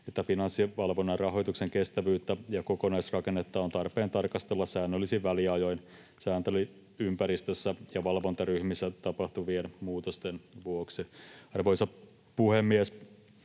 että Finanssivalvonnan rahoituksen kestävyyttä ja kokonaisrakennetta on tarpeen tarkastella säännöllisin väliajoin sääntely-ympäristössä ja valvontaryhmissä tapahtuvien muutosten vuoksi. Arvoisa puhemies!